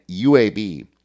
UAB